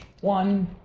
one